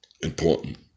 Important